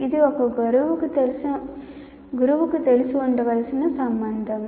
అది ఒక గురువుకు తెలిసి ఉండవలసిన సంబంధం